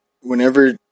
whenever